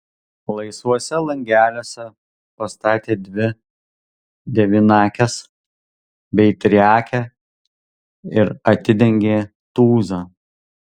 laisvuose langeliuose pastatė dvi devynakes bei triakę ir atidengė tūzą